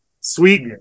Sweet